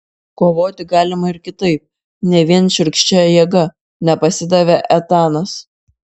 kovoti galima ir kitaip ne vien šiurkščia jėga nepasidavė etanas